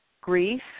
grief